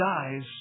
dies